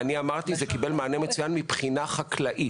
אני אמרתי: זה קיבל מענה מצוין מבחינה חקלאית.